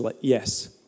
yes